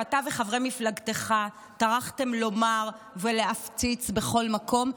שאתה וחברי מפלגתך טרחתם לומר ולהפציץ בכל מקום,